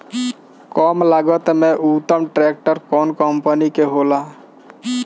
कम लागत में उत्तम ट्रैक्टर कउन कम्पनी के होखेला?